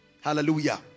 Hallelujah